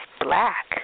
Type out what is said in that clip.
black